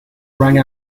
rang